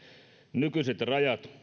nykyiset rajat